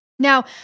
Now